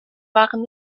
waren